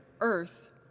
earth